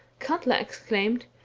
katla exclaimed,